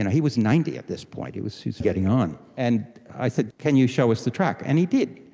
yeah he was ninety at this point, he was getting on. and i said, can you show us the track? and he did.